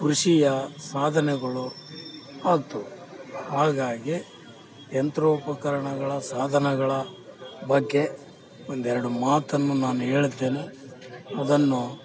ಕೃಷಿಯ ಸಾಧನಗಳು ಅದ್ದು ಹಾಗಾಗಿ ಯಂತ್ರೋಪಕರಣಗಳ ಸಾಧನಗಳ ಬಗ್ಗೆ ಒಂದೆರಡು ಮಾತನ್ನು ನಾನು ಹೇಳಿದ್ದೇನೆ ಅದನ್ನು